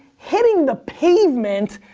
hitting the pavement,